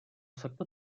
sector